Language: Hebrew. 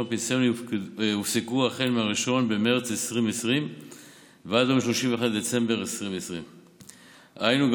הפנסיוני הופסקו החל מיום 1 במרץ 2020 ועד ליום 31 בדצמבר 2020. היינו,